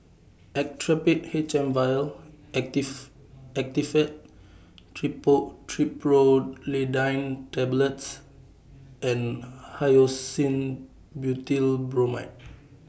Actrapid H M Vial Actifed Triprolidine Tablets and Hyoscine Butylbromide